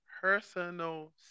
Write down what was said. personal